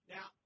Now